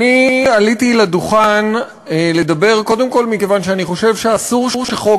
אני עליתי לדוכן לדבר קודם כול מכיוון שאני חושב שאסור שחוק